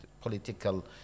political